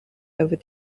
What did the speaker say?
over